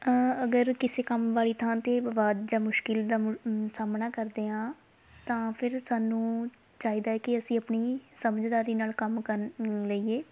ਅਗਰ ਕਿਸੇ ਕੰਮ ਵਾਲੀ ਥਾਂ 'ਤੇ ਵਿਵਾਦ ਜਾਂ ਮੁਸ਼ਕਿਲ ਦਾ ਸਾਹਮਣਾ ਕਰਦੇ ਹਾਂ ਤਾਂ ਫਿਰ ਸਾਨੂੰ ਚਾਹੀਦਾ ਕਿ ਅਸੀਂ ਆਪਣੀ ਸਮਝਦਾਰੀ ਨਾਲ ਕੰਮ ਕਨ ਲਈਏ